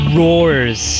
roars